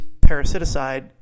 parasiticide